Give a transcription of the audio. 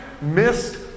missed